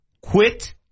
Quit